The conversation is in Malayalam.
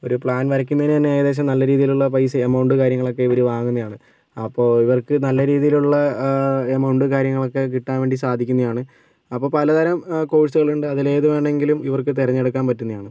ഒരു പ്ലാൻ വരയ്ക്കുന്നതിന് ഏകദേശം നല്ല രീതിയിലുള്ള പൈസ എമൗണ്ട് കാര്യങ്ങളൊക്കെ വാങ്ങുന്നതാണ് അപ്പോൾ ഇവർക്ക് നല്ല രീതിയിലുള്ള എമൗണ്ട് കാര്യങ്ങളൊക്കെ കിട്ടാൻവേണ്ടി സാധിക്കുന്നതാണ് അപ്പോൾ പലതരം കോഴ്സുകളുണ്ട് അതിൽ ഏതുവേണമെങ്കിലും ഇവർക്ക് തിരഞ്ഞെടുക്കാൻ പറ്റുന്നതാണ്